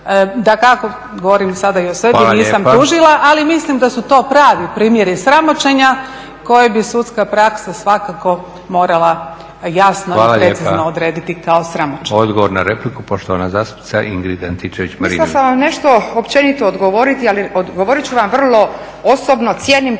Dakako, govorim sada i o sebi, nisam tužila, ali mislim da su to pravi primjeri sramoćenja koje bi sudska praksa svakako morala jasno i precizno odrediti kao sramoćenje. **Leko, Josip (SDP)** Hvala lijepa. Odgovor na repliku, poštovana kolegica Ingrid Antičević-Marinović. **Antičević Marinović, Ingrid (SDP)** Mislila sam vam nešto općenito odgovoriti, ali odgovorit ću vam vrlo osobno. Cijenim